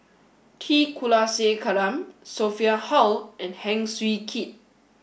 T Kulasekaram Sophia Hull and Heng Swee Keat